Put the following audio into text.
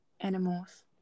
animals